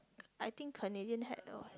I think Canadian hat or